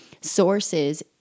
sources